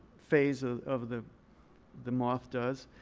phase of of the the moth does.